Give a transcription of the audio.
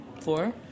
Four